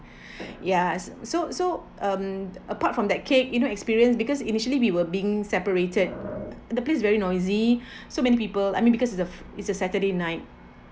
yes so so um apart from that cake you know experience because initially we were being separated the place very noisy so many people I mean because it is a saturday night